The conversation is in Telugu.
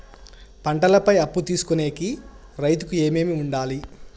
పంటల పై అప్పు తీసుకొనేకి రైతుకు ఏమేమి వుండాలి?